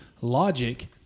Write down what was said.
logic